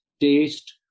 taste